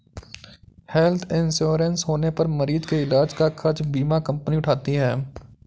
health insurance होने पर मरीज के इलाज का खर्च बीमा कंपनी उठाती है